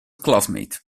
classmate